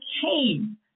came